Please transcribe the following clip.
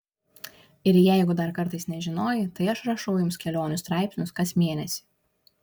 ir jeigu dar kartais nežinojai tai aš rašau jums kelionių straipsnius kas mėnesį